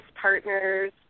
partners